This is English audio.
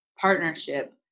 partnership